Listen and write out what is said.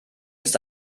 ist